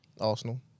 Arsenal